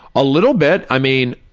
a little bit. i mean,